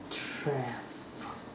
travel